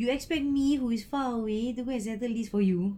you expect me who is far away to go and settle this for you